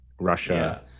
Russia